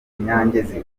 nyangezi